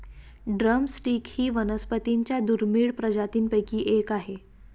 drum stick ही वनस्पतीं च्या दुर्मिळ प्रजातींपैकी एक आहे